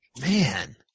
Man